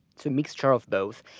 it's a mixture of both.